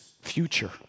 future